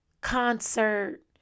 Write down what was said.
concert